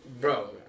Bro